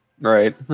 right